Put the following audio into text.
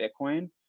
Bitcoin